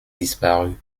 disparus